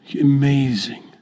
Amazing